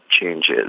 changes